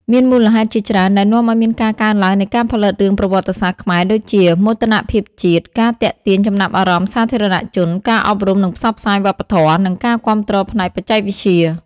មានមូលហេតុជាច្រើនដែលនាំឲ្យមានការកើនឡើងនៃការផលិតរឿងប្រវត្តិសាស្ត្រខ្មែរដូចជា មោទនភាពជាតិ ការទាក់ទាញចំណាប់អារម្មណ៍សាធារណជន ការអប់រំនិងផ្សព្វផ្សាយវប្បធម៌ និងការគាំទ្រផ្នែកបច្ចេកវិទ្យា។